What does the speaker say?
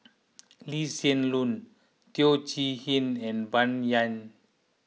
Lee Hsien Loong Teo Chee Hean and Bai Yan